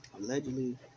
Allegedly